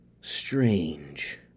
strange